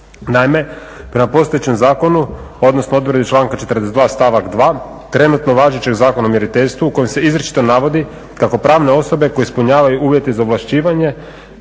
Naime, prema postojećem zakonu, odnosno odredbi članka 42., stavak 2 trenutno važećeg Zakona o mjeriteljstvu u kojem se izričito navodi kako pravne osobe koje ispunjavaju uvjete za ovlašćivanje